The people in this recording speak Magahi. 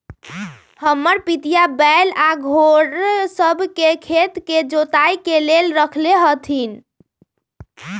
हमर पितिया बैल आऽ घोड़ सभ के खेत के जोताइ के लेल रखले हथिन्ह